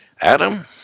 Adam